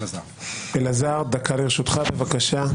אלעזר, בבקשה, דקה לרשותך.